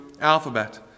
alphabet